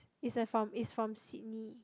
is the from is from Sydney